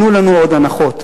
תנו לנו עוד הנחות.